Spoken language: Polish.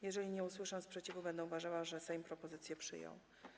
Jeżeli nie usłyszę sprzeciwu, będę uważała, że Sejm propozycję przyjął.